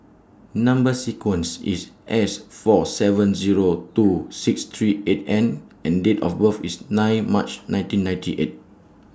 Number sequence IS S four seven Zero two six three eight N and Date of birth IS nine March nineteen ninety eight